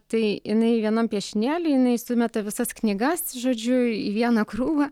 tai jinai vienam piešinėly jinai sumeta visas knygas žodžiu į vieną krūvą